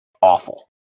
Awful